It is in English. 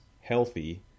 healthy